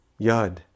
Yud